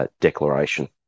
declaration